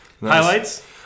Highlights